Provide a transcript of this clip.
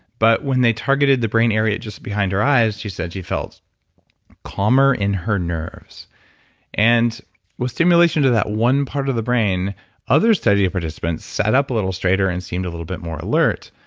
but when they targeted the brain area just behind her eyes, she said she felt calmer in her nerves and with stimulation to that one part of the brain other study participants sat up a little straighter and seemed a little bit more alert.